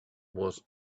was